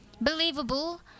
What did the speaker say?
believable